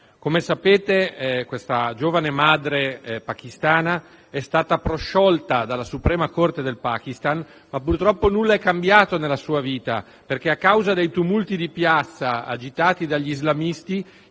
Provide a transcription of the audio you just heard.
Come sapete questa giovane madre pakistana è stata prosciolta dalla Suprema corte del Pakistan, ma purtroppo nulla è cambiato nella sua vita, perché a causa dei tumulti di piazza agitati dagli islamisti,